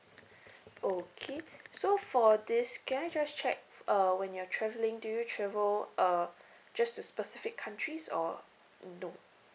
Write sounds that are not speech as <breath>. <breath> okay so for this can I just check uh when you are travelling do you travel uh just to specific countries or don't